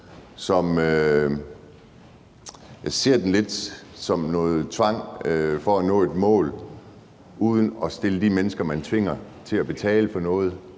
jeg ser den lidt som noget tvang for at nå et mål uden at give de mennesker, man tvinger til at betale for noget,